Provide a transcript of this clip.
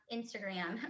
Instagram